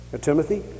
Timothy